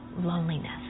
loneliness